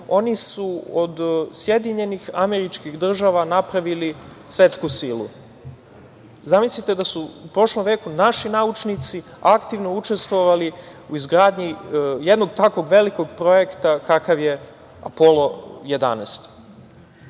oni su od SAD napravili svetsku silu. Zamislite da su u prošlom veku naši naučnici aktivno učestvovali u izgradnji jednog tako velikog projekta kakav je Apolo 11.